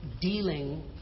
dealing